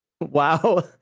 Wow